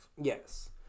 Yes